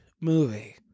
movie